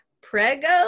Prego